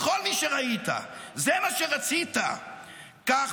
כל מי שראית --- זה מה שרצית"; כך,